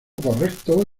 correcto